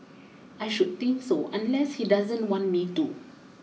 I should think so unless he doesn't want me to